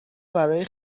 برای